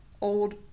Old